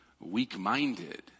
weak-minded